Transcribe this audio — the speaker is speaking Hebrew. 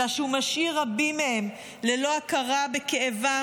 אלא שהוא משאיר רבים מהם ללא הכרה בכאבם